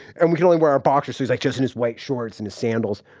and we can only wear our boxers, so he's like just in his white shorts and his sandals.